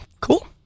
Cool